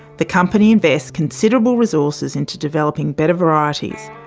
the company invests considerable resources into developing better varieties,